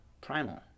primal